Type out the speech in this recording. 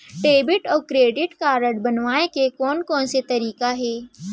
Debit अऊ credit card बनवाए के कोन कोन से तरीका हे?